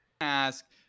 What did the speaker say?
Ask